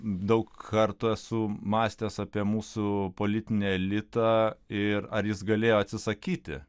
daug kartų esu mąstęs apie mūsų politinį elitą ir ar jis galėjo atsisakyti